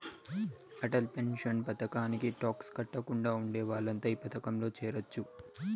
Atal pension పథకానికి tax కట్టకుండా ఉండే వాళ్లంతా ఈ పథకంలో చేరొచ్చు